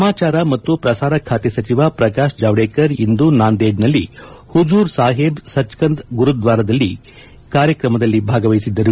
ಸಮಾಚಾರ ಮತ್ತು ಪ್ರಸಾರ ಖಾತೆಯ ಸಚಿವ ಪ್ರಕಾಶ್ ಜಾವಡೇಕರ್ ಇಂದು ನಾಂದೇಡ್ನಲ್ಲಿ ಹುಜೂರ್ ಸಾಹೇಬ್ ಸಚ್ಖಂದ್ ಗುರುದ್ವಾರಾದಲ್ಲಿ ಕಾರ್ಯಕ್ರಮದಲ್ಲಿ ಭಾಗವಹಿಸಿದ್ದಾರೆ